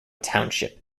township